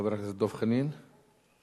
חבר הכנסת דב חנין, בבקשה.